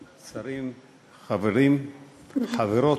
שרים, חברים, חברות,